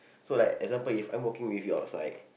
so like example if I'm walking with you outside